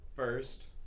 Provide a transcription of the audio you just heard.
First